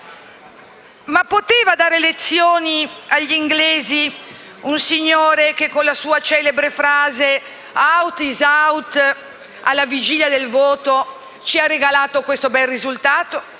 Ma poteva dare lezione ai britannici un signore che, con la sua celebre frase «*out is out*» alla vigilia del voto, ci ha regalato questo bel risultato?